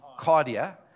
cardia